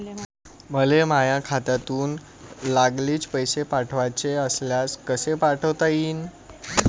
मले माह्या खात्यातून लागलीच पैसे पाठवाचे असल्यास कसे पाठोता यीन?